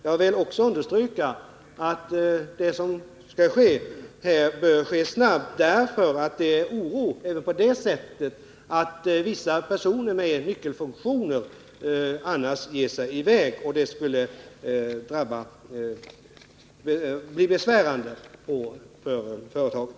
Jag vill också understryka att det som skall ske här bör ske snabbt, eftersom det råder oro även med tanke på att vissa personer i nyckelfunktioner annars ger sig i väg, vilket skulle bli besvärande för företaget.